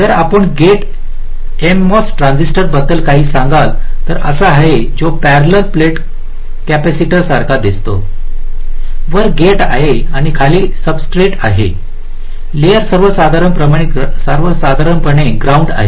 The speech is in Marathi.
जर आपण गेट एमओएस ट्रान्झिस्टर बद्दल काही सांगाल तर असा आहे जो परललेल प्लेट कॅपेसिटर सारखा दिसतो वर गेट आहे आणि खाली सब्सट्रेट आहे लेअर साधारणपणे ग्राउंड आहे